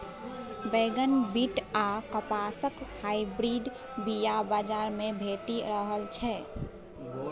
बैगन, बीट आ कपासक हाइब्रिड बीया बजार मे भेटि रहल छै